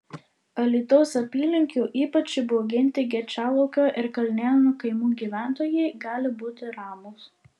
alytaus apylinkių ypač įbauginti gečialaukio ir kalnėnų kaimų gyventojai gali būti ramūs